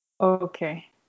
Okay